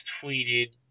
tweeted